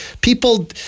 People